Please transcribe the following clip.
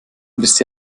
wisst